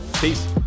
Peace